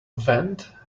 vent